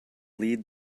lead